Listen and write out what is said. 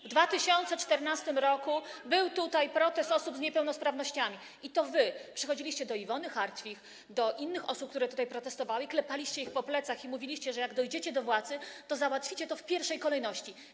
W 2014 r. był tutaj protest osób z niepełnosprawnościami i to wy przychodziliście do Iwony Hartwich, do innych osób, które tutaj protestowały, klepaliście je po plecach i mówiliście, że jak dojdziecie do władzy, to załatwicie to w pierwszej kolejności.